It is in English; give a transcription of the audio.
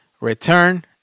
Return